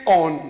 on